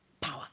power